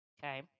Okay